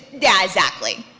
yeah, exactly.